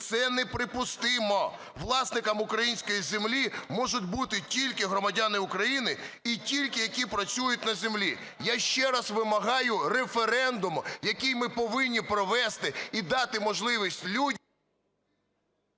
Це неприпустимо. Власникам української землі можуть бути тільки громадяни України і тільки, які працюють на землі. Я ще раз вимагаю референдум, який ми повинні провести і дати можливість людям...